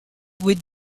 with